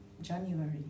January